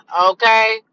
okay